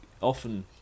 often